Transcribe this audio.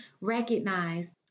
recognize